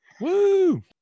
woo